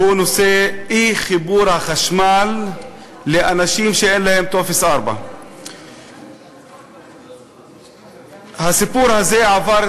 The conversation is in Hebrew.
והוא נושא אי-חיבור חשמל לאנשים שאין להם טופס 4. הסיפור הזה עבר,